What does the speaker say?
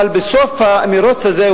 אבל בסוף המירוץ הזה,